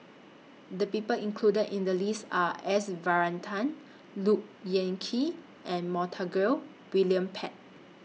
The People included in The list Are S Varathan Look Yan Kit and Montague William Pett